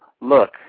look